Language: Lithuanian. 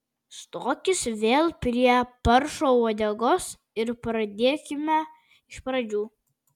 stokis vėl prie paršo uodegos ir pradėkime iš pradžių